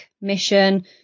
mission